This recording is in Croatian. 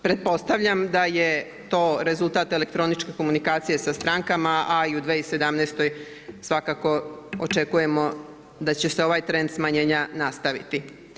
Pretpostavljam da je to rezultat elektroničke komunikacije sa strankama, a i u 2017. svakako očekujemo da će se ovaj trend smanjenja nastaviti.